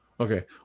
Okay